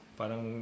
parang